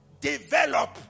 develop